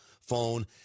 phone